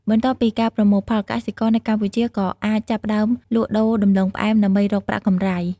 បន្ទាប់ពីការប្រមូលផល កសិករនៅកម្ពុជាក៏អាចចាប់ផ្ដើមលក់ដូរដំឡូងផ្អែម ដើម្បីរកប្រាក់កម្រៃ។